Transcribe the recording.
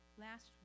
Last